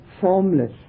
formless